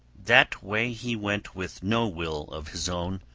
that way he went with no will of his own,